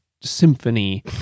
symphony